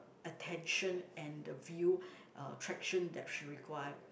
attention and the view attraction that she require